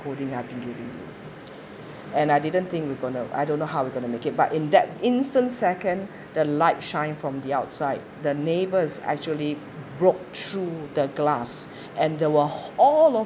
scolding I'm been giving and I didn't think we're gonna I don't know how we're gonna make it but in that instant second the light shine from the outside the neighbours actually broke through the glass and there were all of